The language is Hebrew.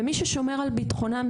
ומי ששומר על ביטחונן,